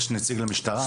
יש נציג למשטרה?